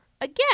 again